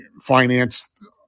finance